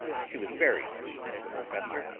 she was very sweet to the professor.